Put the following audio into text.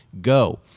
go